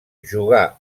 jugà